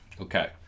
Okay